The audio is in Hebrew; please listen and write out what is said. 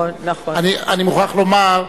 אני מוכרח לומר,